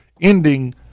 ending